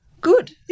good